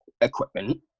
equipment